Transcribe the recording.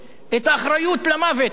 הם קראו: הרוצחת דפני ליף.